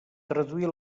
traduir